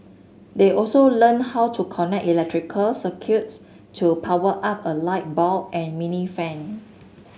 they also learnt how to connect electrical circuits to power up a light bulb and a mini fan